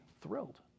thrilled